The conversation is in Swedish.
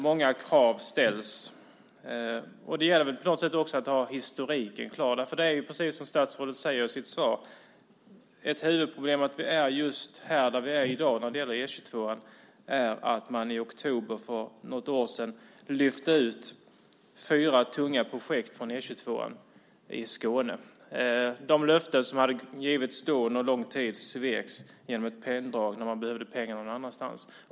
Många krav ställs, och det gäller på något sätt att också ha historiken klar. Det är precis som statsrådet säger i sitt svar, att ett problem bakom att vi är just här där vi är i dag är att man i oktober för något år sedan lyfte ut fyra tunga projekt från E 22 i Skåne. De löften som hade givits under lång tid sveks genom ett penndrag när man behövde pengar någon annanstans.